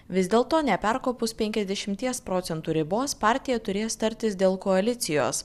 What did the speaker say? vis dėlto neperkopus penkiasdešimies procentų ribos partija turės tartis dėl koalicijos